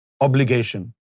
obligation